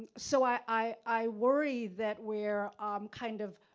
so i i worry that we're um kind of,